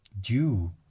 due